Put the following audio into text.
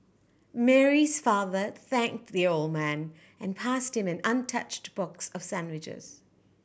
Mary's father thanked the old man and passed him an untouched box of sandwiches